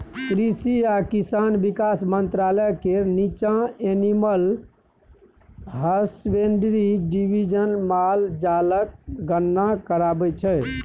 कृषि आ किसान बिकास मंत्रालय केर नीच्चाँ एनिमल हसबेंड्री डिबीजन माल जालक गणना कराबै छै